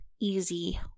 easy